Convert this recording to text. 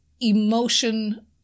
emotion